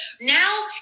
now